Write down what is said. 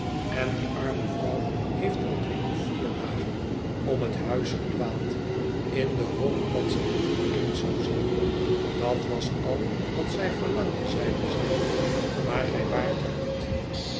en die arme vrouw heeft al drie of vier dagen om het huis gedwaald in de hoop dat zij u eens zou zien dat was al wat zij verlangde zeide zij maar gij waart er niet